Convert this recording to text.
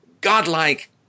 godlike